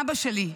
אבא שלי,